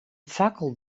fakkel